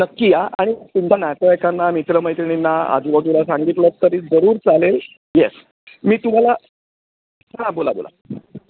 नक्की या आणि तुमचा नातेवाइकांना मित्रमैत्रिणींना आजूबाजूला सांगितलंत तरी जरूर चालेल येस मी तुम्हाला हां बोला बोला